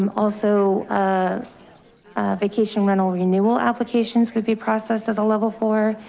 um also a vacation rental renewal applications would be processed as a level four.